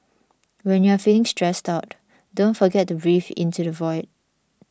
when you are feeling stressed out don't forget to breathe into the void